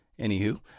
Anywho